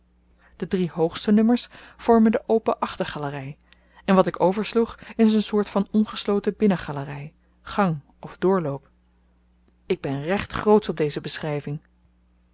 de drie hoogste nummers vormen de open achtergalery en wat ik oversloeg is een soort van ongesloten binnengalery gang of doorloop ik ben recht grootsch op deze beschryving